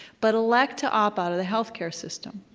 but elect to opt out of the healthcare system.